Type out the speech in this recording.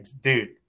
dude